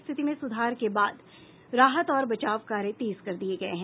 स्थिति में सुधार के बाद राहत और बचाव कार्य तेज कर दिये गये हैं